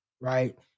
right